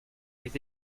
des